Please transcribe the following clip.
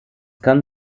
kann